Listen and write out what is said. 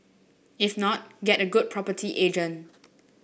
if not get a good property agent